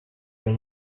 iyo